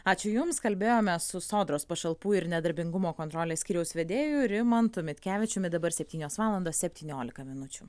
ačiū jums kalbėjome su sodros pašalpų ir nedarbingumo kontrolės skyriaus vedėju rimantu mitkevičiumi dabar septynios valandos septyniolika minučių